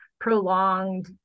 prolonged